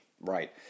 right